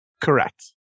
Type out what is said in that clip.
correct